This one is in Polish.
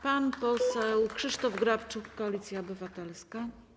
Pan poseł Krzysztof Grabczuk, Koalicja Obywatelska.